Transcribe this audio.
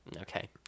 Okay